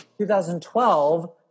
2012